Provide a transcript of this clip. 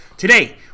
Today